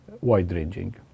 wide-ranging